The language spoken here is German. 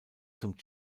zum